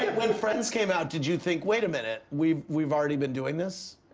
when friends came out, did you think wait a minute, we've we've already been doing this?